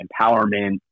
empowerment